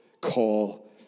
call